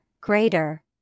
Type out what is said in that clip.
greater